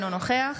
אינו נוכח